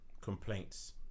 complaints